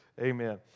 Amen